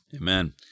Amen